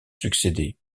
succédé